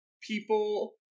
people